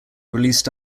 released